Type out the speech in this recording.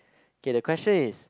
K the question is